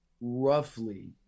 roughly